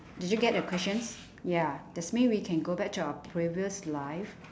did you get the questions ya that's mean we can go back to our previous life